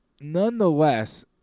nonetheless